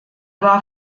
war